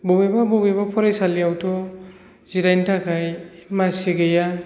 बबेबा बबेबा फरायसालियावथ' जिरायनो थाखाय मासि गैया